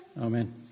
Amen